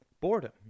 boredom